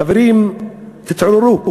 חברים, תתעוררו.